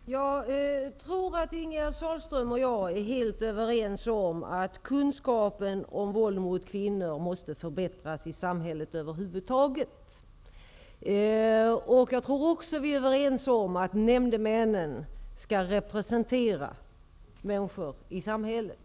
Herr talman! Jag tror att Ingegerd Sahlström och jag är helt överens om att kunskapen om våld mot kvinnor måste förbättras i samhället över huvud taget. Jag tror också att vi är överens om att nämndemänen skall representera människor i samhället